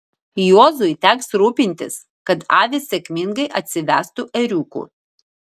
juozui teks rūpintis kad avys sėkmingai atsivestų ėriukų